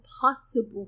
possible